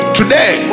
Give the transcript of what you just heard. today